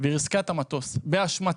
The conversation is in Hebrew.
והיא ריסקה את המטוס, באשמתה,